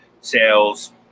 sales